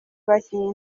bakinyi